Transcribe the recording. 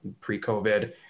pre-COVID